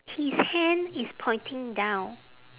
his hand is pointing down